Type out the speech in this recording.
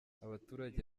abaturage